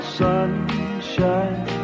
sunshine